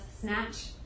snatch